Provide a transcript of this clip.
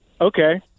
okay